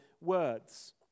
words